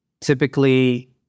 typically